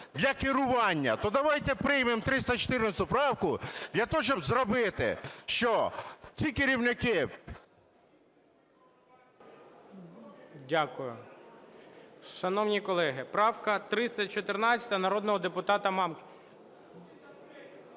для керування. То давайте приймемо 314 правку для того, щоб зробити, що ці керівники… ГОЛОВУЮЧИЙ. Дякую. Шановні колеги, правка 314 народного депутата Мамки…